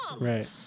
right